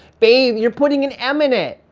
babe, you're putting an m in it!